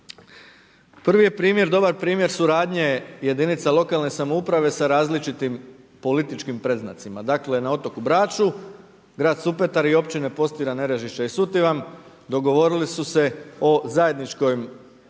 Prvi je primjer dobar primjer suradnje jedinica lokalne samouprave sa različitim političkim predznacima. Dakle na otoku Braču, grad i Supetar i općine Postira, Nerežišća i Sutivan dogovorili su se o zajedničkoj